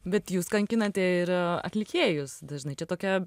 bet jūs kankinate ir atlikėjus dažnai čia tokia